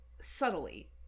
subtly